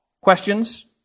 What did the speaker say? questions